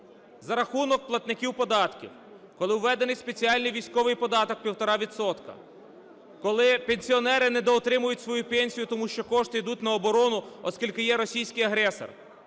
за рахунок платників податків, коли введений спеціальний військовий податок 1,5 відсотки, коли пенсіонери недоотримують свою пенсію, тому що кошти ідуть на оборону, оскільки є російський агресор,